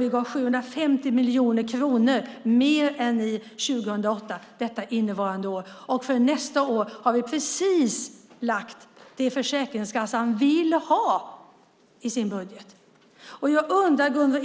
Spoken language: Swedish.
Vi gav 750 miljoner mer än ni 2008, det vill säga för innevarande år. För nästa år har vi precis lagt fram förslag om det som Försäkringskassan vill ha i sin budget. Vill Gunvor